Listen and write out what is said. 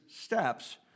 steps